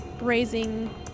raising